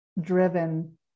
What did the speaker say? driven